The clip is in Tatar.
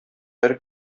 һәр